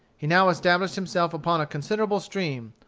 he now established himself upon a considerable stream,